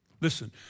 Listen